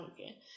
okay